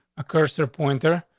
a cursor pointer.